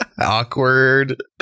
awkward